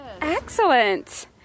excellent